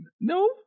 No